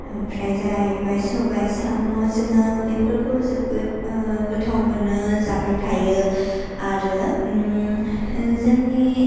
आमफ्राय जायैबाय सबाय साम' जोङो बेफोरखौ जोबोत गोथाव मोनो जाबाय थायो आरो जोंनि